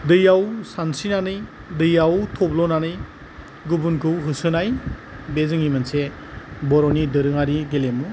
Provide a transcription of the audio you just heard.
दैयाव सानस्रिनानै दैयाव थब्ल'नानै गुबुनखौ होसोनाय बे जोंनि मोनसे बर'नि दोरोङारि गेलेमु